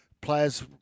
players